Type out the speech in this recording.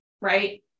right